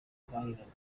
ubuhahirane